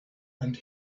and